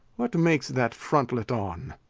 what makes that frontlet on?